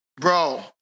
bro